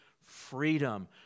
freedom